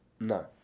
No